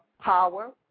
power